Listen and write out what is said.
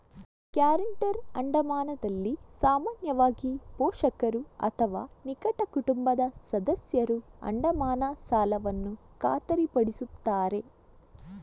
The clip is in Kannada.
ಗ್ಯಾರಂಟರ್ ಅಡಮಾನದಲ್ಲಿ ಸಾಮಾನ್ಯವಾಗಿ, ಪೋಷಕರು ಅಥವಾ ನಿಕಟ ಕುಟುಂಬದ ಸದಸ್ಯರು ಅಡಮಾನ ಸಾಲವನ್ನು ಖಾತರಿಪಡಿಸುತ್ತಾರೆ